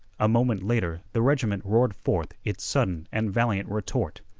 a moment later the regiment roared forth its sudden and valiant retort.